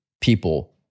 people